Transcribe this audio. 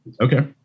Okay